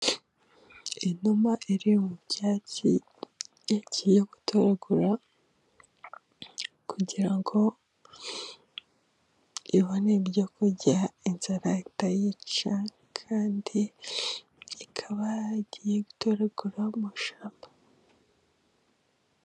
Inuma iri mu byatsi yagiye gutoragura， kugira ngo ibone ibyo kurya inzara itayica， kandi ikaba yagiye gutoragura mu ishyamba.